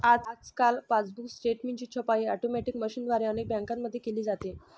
आजकाल पासबुक स्टेटमेंटची छपाई ऑटोमॅटिक मशीनद्वारे अनेक बँकांमध्ये केली जाते